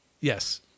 Yes